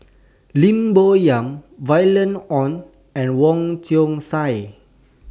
Lim Bo Yam Violet Oon and Wong Chong Sai